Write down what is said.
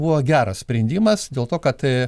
buvo geras sprendimas dėl to kad